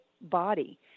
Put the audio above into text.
body